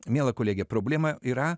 miela kolege problema yra